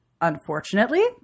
unfortunately